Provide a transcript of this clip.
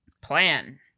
plan